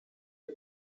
and